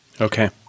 Okay